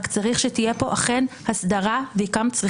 גם הטענה כי בית המשפט הוא שפועל בחוסר סמכות כי אף פעם הכנסת לא